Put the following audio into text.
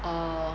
err